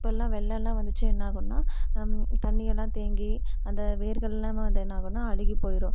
இப்போ எல்லாம் வெள்ளம் எல்லாம் வந்துச்சு என்ன ஆகும்னா தண்ணியெல்லாம் தேங்கி அந்த வேர்கள்லாம் வந்து என்ன ஆகும்னா அழுகி போயிடும்